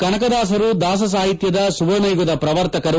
ಕನಕದಾಸರು ದಾಸ ಸಾಹಿತ್ಲದ ಸುವರ್ಣ ಯುಗದ ಪ್ರವರ್ತಕರು